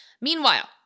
Meanwhile